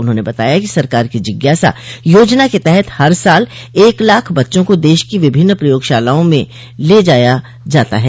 उन्होंने बताया कि सरकार की जिज्ञासा योजना के तहत हर साल एक लाख बच्चों को देश की विभिन्न प्रयोगशालाओं में ले जाया जाता है